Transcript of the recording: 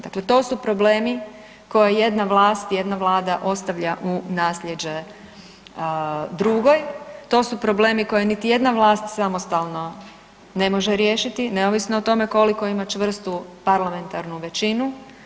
Dakle, to su problemi koje jedna vlast, jedna Vlada ostavlja u nasljeđe drugoj, to su problemi koje niti jedna vlast samostalno ne može riješiti, neovisno o tome koliko ima čvrstu parlamentarnu većinu.